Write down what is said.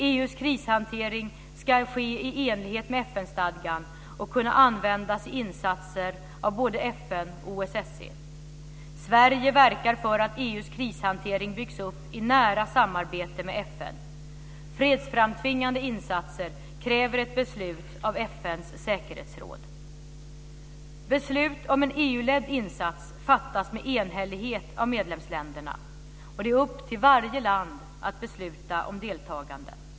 EU:s krishantering ska ske i enlighet med FN-stadgan och kunna användas i insatser av både FN och OSSE. Sverige verkar för att EU:s krishantering byggs upp i nära samarbete med FN. Fredsframtvingande insatser kräver ett beslut av Beslut om en EU-ledd insats fattas med enhällighet av medlemsländerna. Det är upp till varje land att besluta om deltagande.